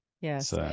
Yes